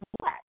black